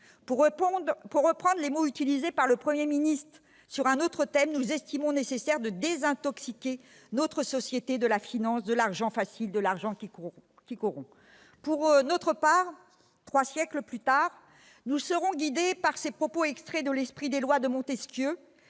Pour reprendre les mots utilisés par le Premier ministre sur un autre thème, nous estimons nécessaire de « désintoxiquer » notre société de la finance, de l'argent facile, de l'argent qui corrompt. Pour notre part, trois siècles plus tard, nous serons guidés par Montesquieu,